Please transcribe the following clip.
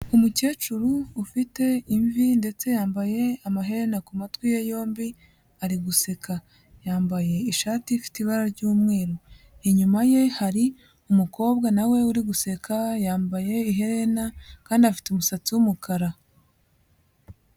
Umukecuru ufite imvi ndetse yambaye amaherena ku matwi ye yombi ari guseka, yambaye ishati ifite ibara ry'umweru. Inyuma ye hari umukobwa nawe uri guseka, yambaye ihena kandi afite umusatsi w'umukara.